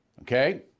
okay